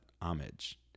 Homage